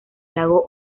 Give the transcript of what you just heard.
lago